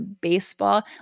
baseball